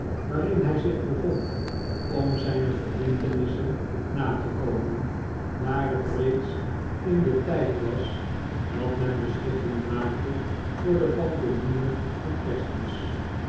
waarin hij zich bevond om zijne verbintenissen na te komen daar het reeds in den tijd was dat men beschikkingen maakte voor de pantomime van kerstmis